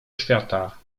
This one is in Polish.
świata